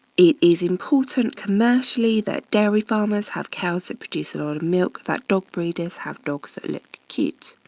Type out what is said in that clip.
it is important commercially that dairy farmers have cows that produce a lot milk, that dog breeders have dogs that look cute.